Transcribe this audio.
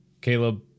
Caleb